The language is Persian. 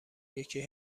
یکی